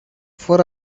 for